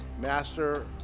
Master